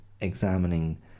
examining